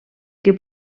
que